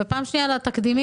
הדבר השני הוא התקדים.